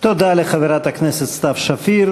תודה לחברת הכנסת סתיו שפיר.